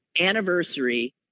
anniversary